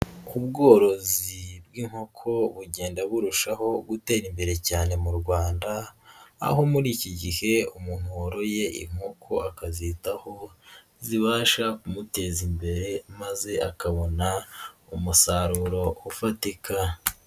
Ubworozi bw'inkoko bugenda burushaho gutera imbere cyane mu Rwanda aho muri iki gihe umuntu woroye inkoko akazitaho, zibasha kumuteza imbere maze akabona umusaruro ufatika.